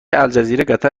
الجزیره، قطر